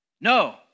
No